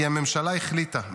כי הממשלה החליטה,